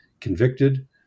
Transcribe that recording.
convicted